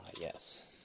yes